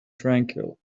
tranquil